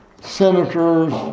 senators